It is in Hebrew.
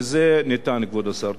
וזה ניתן, כבוד השר.